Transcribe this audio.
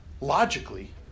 logically